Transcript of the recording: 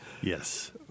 yes